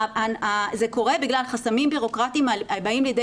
זה קורה בגלל חסמים בירוקרטיים הבאים לידי